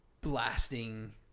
blasting